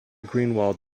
greenwald